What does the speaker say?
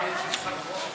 כבר יש לי סחרחורת.